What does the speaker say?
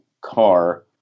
car